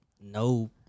no